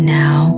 now